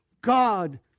God